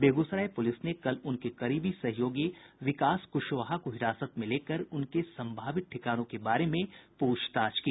Begusarai police ने कल उनके करीबी सहयोगी विकास कुशवाहा को हिरासत में लेकर उनके सम्भावित ठिकानों के बारे में प्रछताछ की